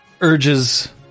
urges